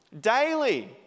daily